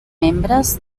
membres